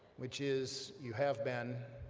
which is you have been,